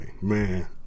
Man